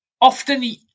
often